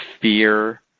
fear